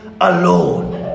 alone